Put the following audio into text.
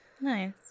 Nice